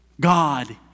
God